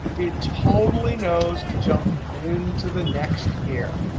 it totally knows to jump into the next year.